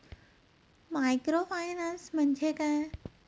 Microfinance म्हणजे काय?